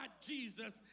Jesus